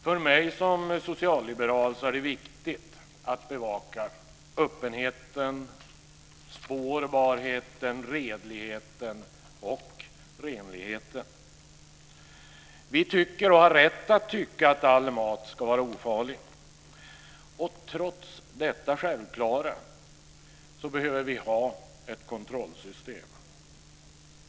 För mig som socialliberal är det viktigt att bevaka öppenheten, spårbarheten, redligheten och renligheten. Vi tycker, och har rätt att tycka, att all mat ska vara ofarlig. Trots detta självklara behöver vi ha ett kontrollsystem.